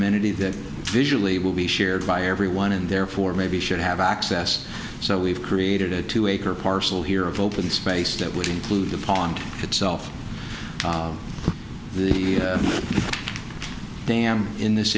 amenity that visually will be shared by everyone and therefore maybe should have access so we've created a two acre parcel here of open space that would include the pond itself the dam in this